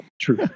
true